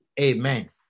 Amen